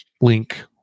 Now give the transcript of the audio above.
link